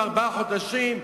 אדוני היושב-ראש,